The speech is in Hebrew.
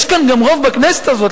יש כאן גם רוב בכנסת הזאת,